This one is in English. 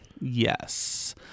Yes